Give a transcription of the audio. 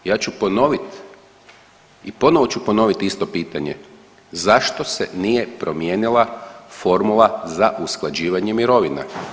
Ja ću ponoviti i ponovo ću ponoviti isto pitanje, zašto se nije promijenila formula za usklađivanje mirovina?